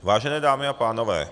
Vážené dámy a pánové.